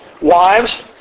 Wives